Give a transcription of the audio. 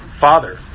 Father